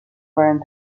learned